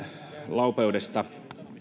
laupeudestanne